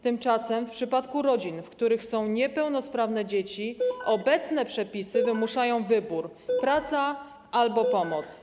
Tymczasem w przypadku rodzin, w których są niepełnosprawne dzieci, obecne przepisy wymuszają wybór: praca albo pomoc.